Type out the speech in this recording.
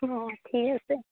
অঁ ঠিক আছে